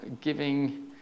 giving